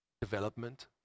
development